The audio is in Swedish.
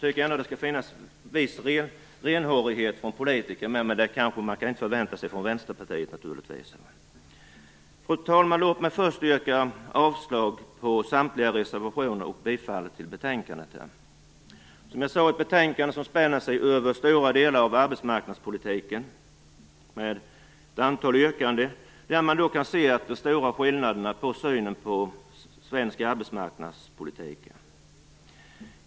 Det måste finnas en viss renhårighet hos politiker, men det kan man naturligtvis inte förvänta sig från Vänsterpartiet. Fru talman! Låt mig först yrka avslag på samtliga reservationer och bifall till hemställan i betänkandet. Som jag sade är det här ett betänkande som spänner över stora delar av arbetsmarknadspolitiken. Det innehåller ett antal yrkanden där man kan se de stora skillnaderna i synen på svensk arbetsmarknadspolitik.